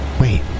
Wait